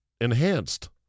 enhanced